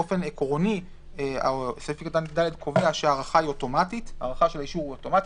באופן עקרוני סעיף קטן (ד) קובע שההארכה של האישור היא אוטומטית.